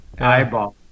Eyeball